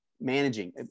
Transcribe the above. managing